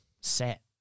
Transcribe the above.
set